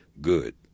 good